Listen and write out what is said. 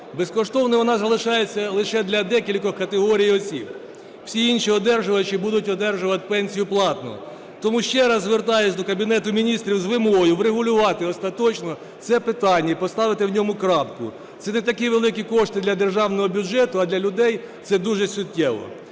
Безкоштовною у нас залишається лише для декількох категорій осіб, всі інші одержувачі будуть одержувати пенсію платно. Тому ще раз звертаюся до Кабінету Міністрів з вимогою врегулювати остаточно це питання і поставити в ньому крапку. Це не такі великі кошти для державного бюджету, а для людей, це дуже суттєво.